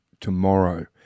tomorrow